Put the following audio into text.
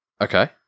Okay